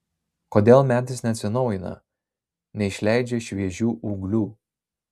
kodėl medis neatsinaujina neišleidžia šviežių ūglių